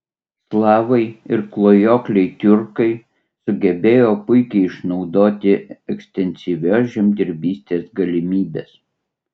slavai ir klajokliai tiurkai sugebėjo puikiai išnaudoti ekstensyvios žemdirbystės galimybes